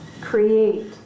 create